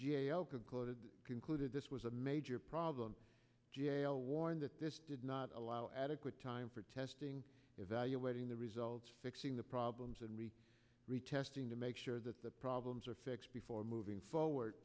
o concluded concluded this was a major problem g a o warn that this did not allow adequate time for testing evaluating the results fixing the problems and we re testing to make sure that the problems are fixed before moving forward